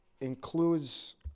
includes